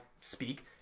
speak